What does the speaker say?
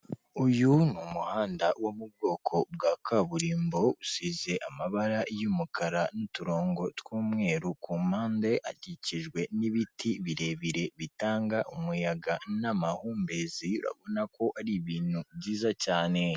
Uyu ni umuhanda wo mu bwoko bwa kaburimbo, usize amabara, y'umukara n'uturongo tw'umweru, kumpande, akikijwe n'ibiti birebire bitanga umuyaga n'amahumbezi, urabona ko ari ibintu byiza cyane.